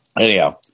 Anyhow